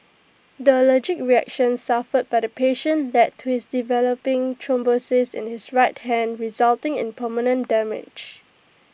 the allergic reaction suffered by the patient led to his developing thrombosis in his right hand resulting in permanent damage